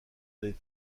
des